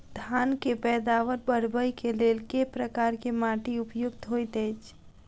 धान केँ पैदावार बढ़बई केँ लेल केँ प्रकार केँ माटि उपयुक्त होइत अछि?